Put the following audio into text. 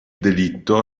delitto